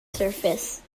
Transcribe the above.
surface